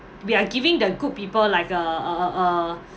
we are giving the good people like a a a a